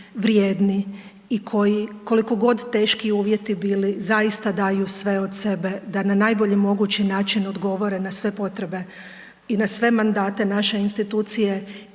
vrijedni i koji koliko god teški uvjeti bili, zaista daju sve od sebe da na najbolji mogući način odgovore na sve potrebe i na sve mandate naše institucije